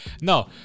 No